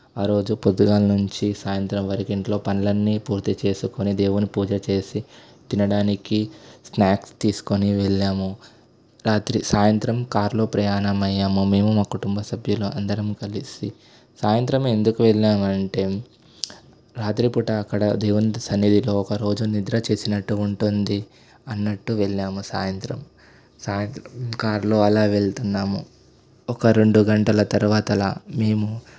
ఆరోజు పొద్దుగాల నుంచి సాయంత్రం వరకు ఇంట్లో పనులన్నీ పూర్తి చేసుకుని దేవుని పూజ చేసి తినడానికి స్నాక్స్ తీసుకొని వెళ్ళాము రాత్రి సాయంత్రం కారులో ప్రయాణం అయ్యాము మేము మా కుటుంబ సభ్యులు అందరం కలిసి సాయంత్రం ఎందుకు వెళ్ళాము అంటే రాత్రిపూట అక్కడ దేవుని సన్నిధిలో ఒక రోజు నిద్ర చేసినట్టు ఉంటుంది అన్నట్టు వెళ్ళాము సాయంత్రం సాయంత్రం కారులో అలా వెళుతున్నాము ఒక రెండు గంటల తరువాత అలా మేము